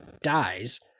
dies